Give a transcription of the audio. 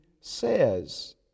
says